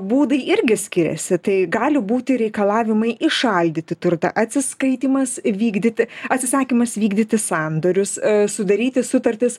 būdai irgi skiriasi tai gali būti reikalavimai įšaldyti turtą atsiskaitymas vykdyti atsisakymas vykdyti sandorius sudaryti sutartis